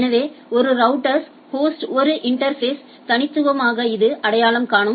எனவே ஒரு ரௌட்டர் ஹோஸ்டில் ஒரு இன்டா்ஃபேஸ்யை தனித்துவமாக இது அடையாளம் காணும்